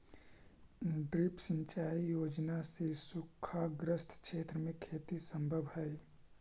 drip सिंचाई योजना से सूखाग्रस्त क्षेत्र में खेती सम्भव हइ